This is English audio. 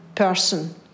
person